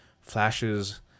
flashes